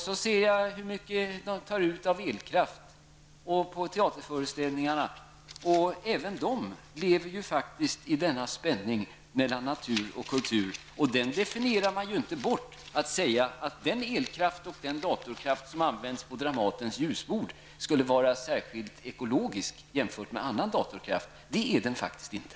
Så ser jag hur mycket elkraft de kräver under teaterföreställningarna. Även de är faktiskt en del i denna spänning mellan natur och kultur, och den definieras inte bort genom att säga att den elkraft och datorkraft som används av Dramatens ljusbord skulle vara särskilt ekologisk jämfört med annan datorkraft. Det är den faktiskt inte.